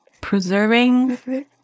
preserving